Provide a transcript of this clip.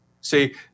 See